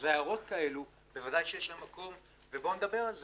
אז הערות כאלה בוודאי שיש להן מקום ובואו נדבר על זה.